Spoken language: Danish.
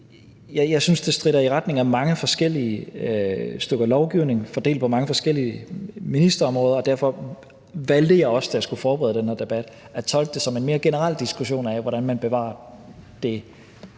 Jeg synes, det stritter i retning af mange forskellige stykker lovgivning, fordelt på mange forskellige ministerområder, og derfor valgte jeg også, da jeg skulle forberede den her debat, at tolke det som en mere generel diskussion af, hvordan man bevarer det